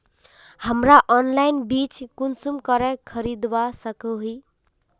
हमरा ऑनलाइन बीज कुंसम करे खरीदवा सको ही?